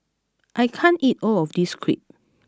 I can't eat all of this Crepe